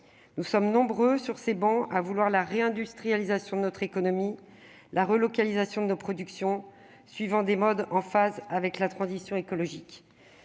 Nous sommes nombreux, sur ces travées, à vouloir la réindustrialisation de notre économie et la relocalisation de nos productions en phase avec la transition écologique.